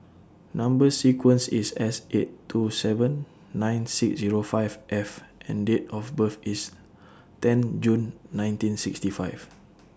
Number sequence IS S eight two seven nine six Zero five F and Date of birth IS ten June nineteen sixty five